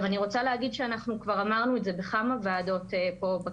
אני רוצה להגיד שאנחנו כבר אמרנו את זה בכמה וועדות בכנסת,